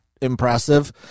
impressive